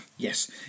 Yes